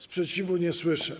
Sprzeciwu nie słyszę.